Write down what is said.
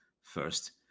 first